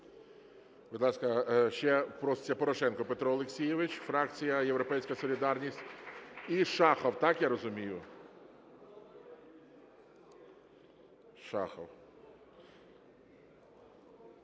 Будь ласка, ще проситься Порошенко Петро Олексійович, фракція "Європейська солідарність" і Шахов. Так я розумію? Шахов.